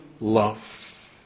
love